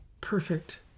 perfect